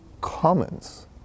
commons